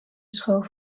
schoof